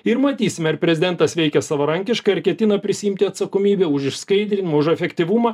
ir matysime ar prezidentas veikia savarankiškai ar ketina prisiimti atsakomybę už išskaidrinimą už efektyvumą